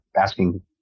asking